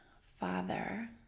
father